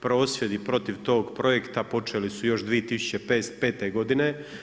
Prosvjedi protiv tog projekta počeli su još 2005. godine.